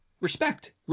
Respect